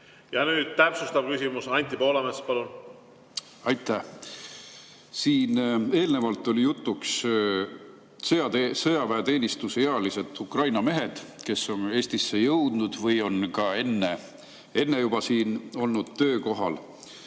Ja nüüd täpsustav küsimus. Anti Poolamets, palun! Aitäh! Siin eelnevalt olid jutuks sõjaväeteenistusealised Ukraina mehed, kes on Eestisse jõudnud või on juba enne siin tööl